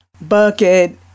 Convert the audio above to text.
bucket